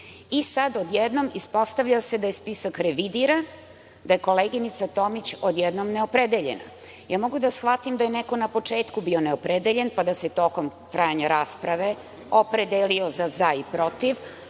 sada odjednom ispostavlja se da je spisak revidiran, da je koleginica Tomić odjednom neopredeljena. Mogu da shvatim da je neko na početku bio neopredeljen, pa da se tokom trajanja rasprave, opredelio za – za i – protiv,